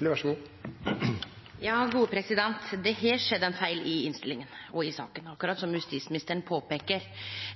Det har skjedd ein feil i innstillinga til saka, akkurat som justisministeren påpeikte.